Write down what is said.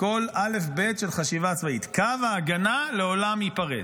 בכל א'-ב' של חשיבה צבאית: קו ההגנה לעולם ייפרץ,